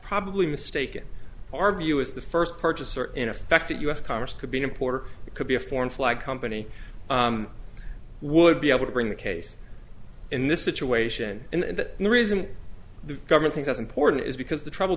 probably a mistake in our view is the first purchaser in effect to us congress could be an importer it could be a foreign flag company would be able to bring the case in this situation and that the reason the government think that's important is because the treble